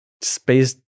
space